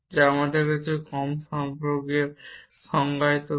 যা আমরা এর সাথে কম সম্পর্কের সংজ্ঞায়িত করে